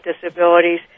disabilities